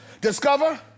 Discover